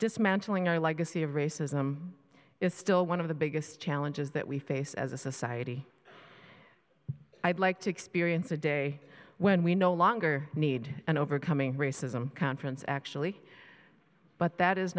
dismantling our legacy of racism is still one of the biggest challenges that we face as a society i'd like to experience a day when we no longer need and overcoming racism conference actually but that is